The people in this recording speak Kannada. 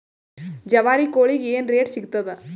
ಜವಾರಿ ಕೋಳಿಗಿ ಏನ್ ರೇಟ್ ಸಿಗ್ತದ?